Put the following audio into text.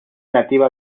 nativa